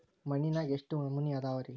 ಮಣ್ಣಿನಾಗ ಎಷ್ಟು ನಮೂನೆ ಅದಾವ ರಿ?